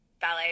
ballet